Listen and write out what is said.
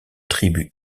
tribu